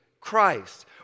Christ